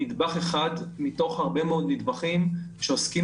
נדבך אחד מתוך הרבה מאוד נדבכים שעוסקים